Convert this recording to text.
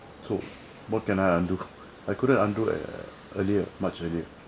so what can I undo I couldn't undo err earlier much earlier